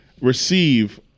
receive